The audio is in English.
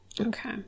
Okay